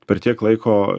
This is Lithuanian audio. per tiek laiko